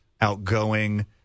outgoing